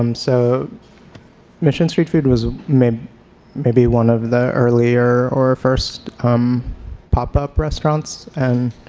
um so mission street food was maybe maybe one of the earlier or first um pop-up restaurants and